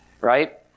right